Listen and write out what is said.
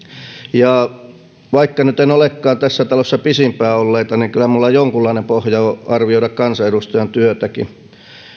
vaikka nyt en olekaan tässä talossa pisimpään olleita niin kyllä minulla jonkunlainen pohja on arvioida kansanedustajan työtäkin